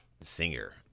singer